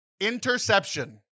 Interception